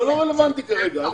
זה לא רלוונטי כרגע.